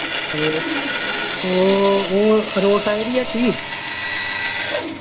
हां ते ओह् हून रोड़ साइड ही हट्टी